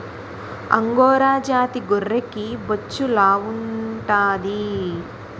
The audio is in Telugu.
అంగోరా జాతి గొర్రెకి బొచ్చు లావుంటాది